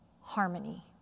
harmony